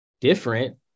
different